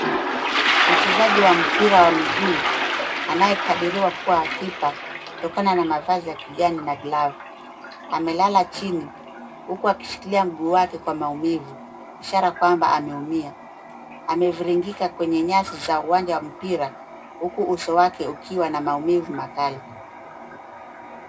Mchezaji wa mbira wa miguu anaye kadhiriwa kuwa kipa kutokana mavazi ya kijani na glovu amelala jini huku akishilia mguu wake kwa maumivu ishara kwamba ameumia, ameviringika kwenye nyasi za uwanja wa mbira huku uso wake ukiwa na maumivu makali.